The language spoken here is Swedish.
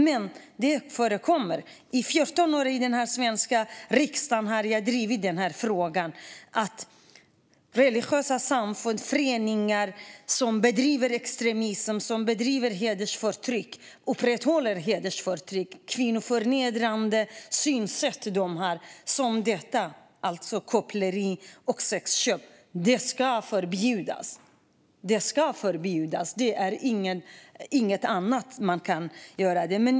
Under mina 14 år i Sveriges riksdag har jag drivit frågan att religiösa samfund och föreningar som bedriver extremism, upprätthåller hedersförtryck och har ett kvinnoförnedrande synsätt, som yttrar sig i koppleri och sexköp, ska förbjudas. Inget annat är möjligt.